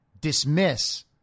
dismiss